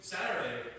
Saturday